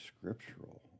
scriptural